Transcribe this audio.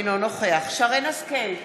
אינו נוכח שרן השכל,